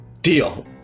Deal